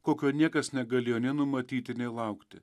kokio niekas negalėjo nei numatyti nei laukti